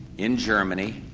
in germany,